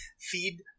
feed